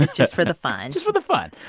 just for the fun just for the fun.